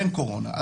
אין קורונה,